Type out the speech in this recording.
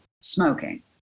smoking